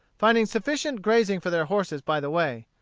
finding sufficient grazing for their horses by the way.